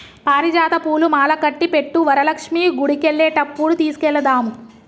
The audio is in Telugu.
పారిజాత పూలు మాలకట్టి పెట్టు వరలక్ష్మి గుడికెళ్లేటప్పుడు తీసుకెళదాము